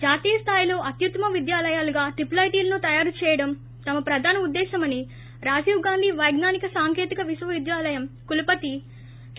జాతీయ స్టాయిలో అత్యుత్తమ విద్యాలయాలుగా ట్రిపుల్ ఐటీలను తయారు చేయడం తమ ప్రధాన ఉద్దేశ్యమని రాజీవ్ గాంధీ పైజ్ఞానిక సాంకేతిక విశ్వవిద్యాలయం కులపతి కే